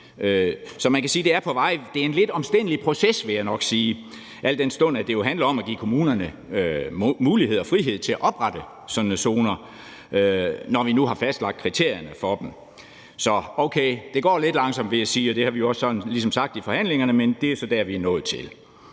Det er en lidt omstændelig proces, vil jeg nok sige, al den stund at det jo handler om, at give kommunerne mulighed for og frihed til at oprette sådan nogle zoner, når vi nu har fastlagt kriterierne for dem. Så okay, det går lidt langsomt, vil jeg sige, og det har vi også ligesom sagt i forhandlingerne, men det er så der, vi er nået til.